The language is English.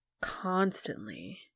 constantly